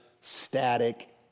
static